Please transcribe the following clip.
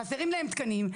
חסרים להם תקנים,